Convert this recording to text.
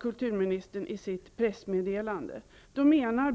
Kulturministern sade i sitt pressmeddelande att beslutet är en skandal.